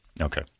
Okay